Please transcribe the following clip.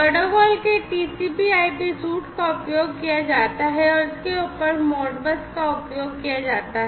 protocol के TCPIP suite का उपयोग किया जाता है और इसके ऊपर मोडबस का उपयोग किया जाता है